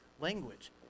language